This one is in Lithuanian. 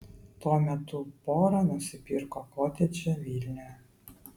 tuo metu pora nusipirko kotedžą vilniuje